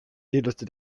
hiljuti